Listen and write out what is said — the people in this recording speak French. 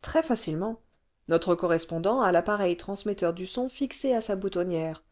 très facilement notre correspondant a l'appareil transmetteur du son fixé à sa boutonnière